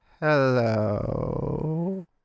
Hello